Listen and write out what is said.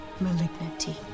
malignity